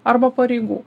arba pareigų